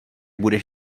budeš